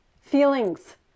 feelings